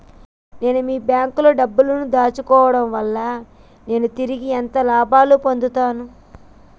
నేను మీ బ్యాంకులో డబ్బు ను దాచుకోవటం వల్ల నేను తిరిగి ఎంత లాభాలు పొందుతాను?